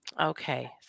okay